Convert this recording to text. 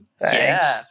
Thanks